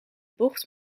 bocht